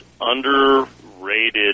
underrated